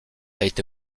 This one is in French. été